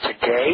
today